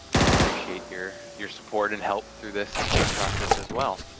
we appreciate your your support and help through this this process as well.